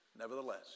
Nevertheless